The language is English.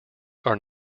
are